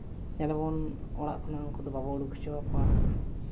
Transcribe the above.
ᱧᱮᱞᱟᱵᱚᱱ ᱩᱱᱠᱩ ᱫᱚ ᱚᱲᱟᱜ ᱠᱷᱚᱱᱟᱜ ᱵᱟᱵᱚᱱ ᱩᱰᱩᱠ ᱦᱚᱪᱚ ᱟᱠᱚᱣᱟ